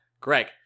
Greg